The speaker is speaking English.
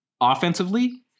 offensively